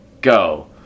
go